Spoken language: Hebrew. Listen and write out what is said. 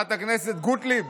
" חברת הכנסת גוטליב.